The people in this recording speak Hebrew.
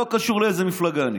לא קשור באיזו מפלגה אני,